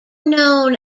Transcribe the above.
known